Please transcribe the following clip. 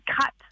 cut